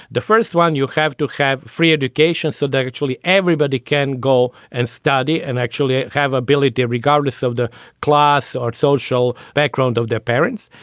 the first one, you have to have free education so that actually everybody can go and study and actually have ability regardless of the class or social background of their parents.